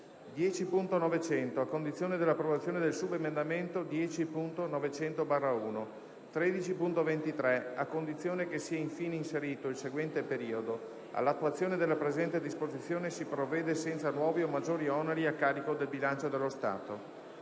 10.900, a condizione dell'approvazione del subemendamento 10.900/1; - 13.23 a condizione che sia infine inserito il seguente periodo: "All'attuazione della presente disposizione si provvede senza nuovi o maggiori oneri a carico del bilancio dello Stato";